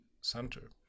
center